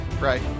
Right